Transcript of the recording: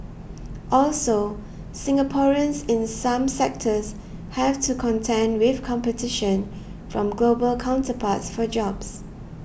also Singaporeans in some sectors have to contend with competition from global counterparts for jobs